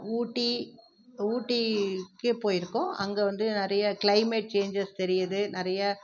ஊட்டி ஊட்டிக்கு போயிருக்கோம் அங்கே வந்து நிறைய க்ளைமேட் சேஞ்சஸ் தெரியுது நிறைய